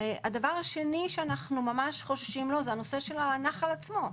הדבר השני שאנחנו ממש חוששים לו הוא הנושא של הנחל עצמו,